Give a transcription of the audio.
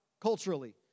Culturally